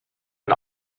and